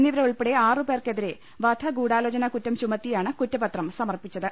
എന്നിവരുൾപ്പെടെ ആറുപേർക്കെതിരെ വധഗൂഢാലോചനകുറ്റം ചുമത്തിയാണ് കുറ്റപത്രം സമർപ്പിച്ചത്